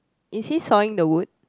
is he sawing the wood